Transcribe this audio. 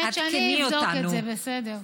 אני אבדוק את זה, בסדר.